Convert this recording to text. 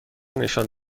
نشان